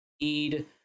need